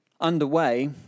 underway